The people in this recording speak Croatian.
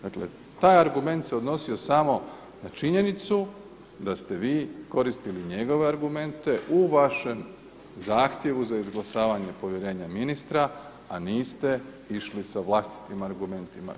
Dakle, taj argument se odnosi samo na činjenicu da ste vi koristili njegove argumente u vašem zahtjevu za izglasavanje povjerenja ministra a niste išli sa vlastitim argumentima.